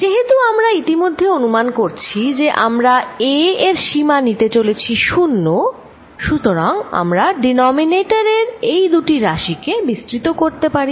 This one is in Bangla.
যেহেতু আমরা ইতিমধ্যে অনুমান করছি যে আমরা a এর সীমা নিতে চলেছি শুন্য সুতরাং আমরা ডিনমিনেটর এর এই দুটি রাশিকে বিস্তৃত করতে পারি